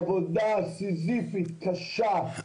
עבודה סיזיפית, קשה,